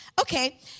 Okay